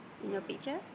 in your picture